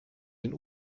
den